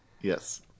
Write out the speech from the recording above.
Yes